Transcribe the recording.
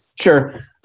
Sure